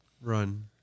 run